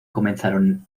comenzaron